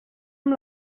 amb